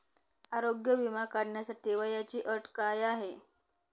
आरोग्य विमा काढण्यासाठी वयाची अट काय आहे?